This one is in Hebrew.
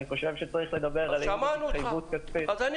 אני חושב שצריך לדבר על התחייבות כספית --- אכן,